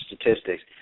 statistics